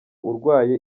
urwaye